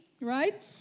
right